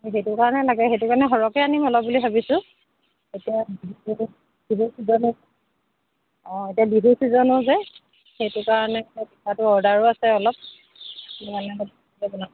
সেইটো কাৰণে লাগে সেইটো কাৰণে সৰহকে আনিম অলপ বুলি ভাবিছোঁ এতিয়া অঁ এতিয়া বিহুৰ ছিজনো যে সেইটো কাৰণে পিঠাটো অৰ্ডাৰো আছে অলপ